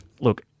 Look